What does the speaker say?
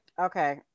Okay